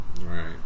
Right